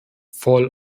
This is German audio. voll